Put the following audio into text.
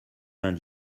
vingt